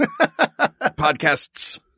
podcasts